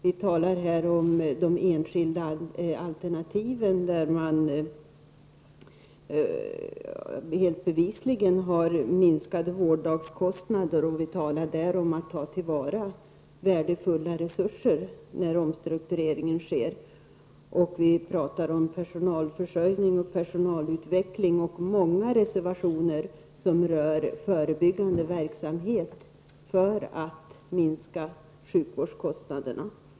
Vi talar om de enskilda alternativen, där man bevisligen har minskat vårddagskostnaderna. Vi talar om att ta till vara värdefulla resurser när omstruktureringen sker. Vi talar om personförsörjning och personalutveckling. Många reservationer rör förebyggande verksamhet för att minska sjukvårdskostnaderna.